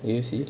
did you see